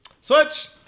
Switch